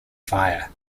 fire